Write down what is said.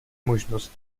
možnost